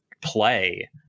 play